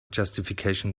justification